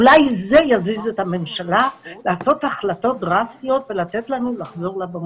אולי זה יזיז את הממשלה לעשות החלטות דרסטיות ולתת לנו לחזור לבמות.